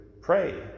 pray